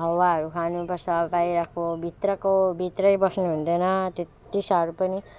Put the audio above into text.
हावाहरू खानुपर्छ बाहिरको भित्रको भित्रै बस्नुहुँदैन त्यति साह्रो पनि